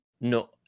No